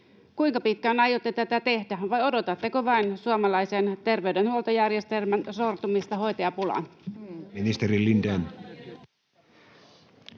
Kuinka pitkään aiotte tätä tehdä, vai odotatteko vain suomalaisen terveydenhuoltojärjestelmän sortumista hoitajapulaan? Ministeri Lindén.